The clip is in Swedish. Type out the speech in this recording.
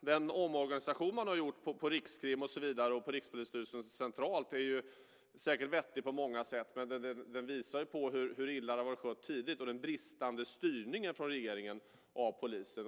Den omorganisation man har gjort på Rikskrim och på Rikspolisstyrelsen centralt är säkert vettig på många sätt, men den visar på hur illa det har varit skött tidigare och på den bristande styrningen från regeringen av polisen.